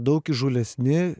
daug įžūlesni